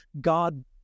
God